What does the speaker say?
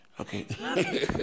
Okay